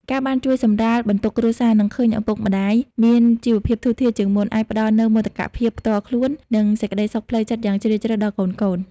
ការបានជួយសម្រាលបន្ទុកគ្រួសារ និងឃើញឪពុកម្ដាយមានជីវភាពធូរធារជាងមុន អាចផ្ដល់នូវមោទកភាពផ្ទាល់ខ្លួន និងសេចក្ដីសុខផ្លូវចិត្តយ៉ាងជ្រាលជ្រៅដល់កូនៗ។